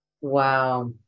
Wow